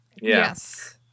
Yes